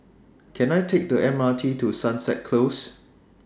Can I Take The MRT to Sunset Close